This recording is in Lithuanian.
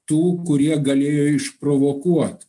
tų kurie galėjo išprovokuot